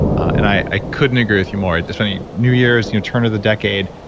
and i couldn't agree with you more. it's funny new years, you know turn of the decade,